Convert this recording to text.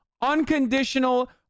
unconditional